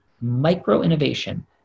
micro-innovation